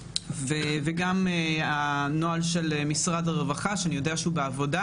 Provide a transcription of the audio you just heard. וגם הנוהל של משרד הרווחה שאני יודע שהוא בעבודה,